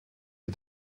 die